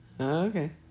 Okay